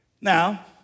Now